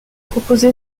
proposé